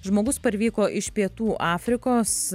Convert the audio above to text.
žmogus parvyko iš pietų afrikos